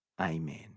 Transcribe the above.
Amen